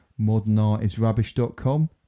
modernartisrubbish.com